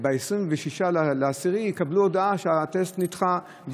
ב-26 באוקטובר מקבלים הודעה שהטסט נדחה,